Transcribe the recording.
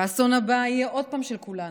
והאסון הבא יהיה עוד פעם של כולנו,